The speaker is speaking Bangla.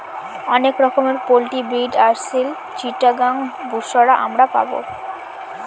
অনেক রকমের পোল্ট্রি ব্রিড আসিল, চিটাগাং, বুশরা আমরা পাবো